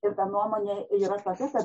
ir ta nuomonė yra tokia kad